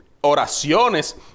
oraciones